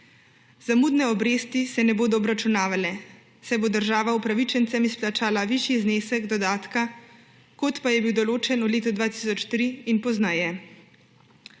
Zamudne obresti se ne bodo obračunavale, saj bo država upravičencem izplačala višji znesek dodatka, kot je bil določen v letu 2003 in pozneje.